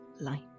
light